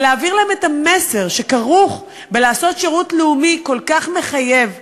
ולהעביר להם את המסר שכרוך בלעשות שירות לאומי כל כך מחייב,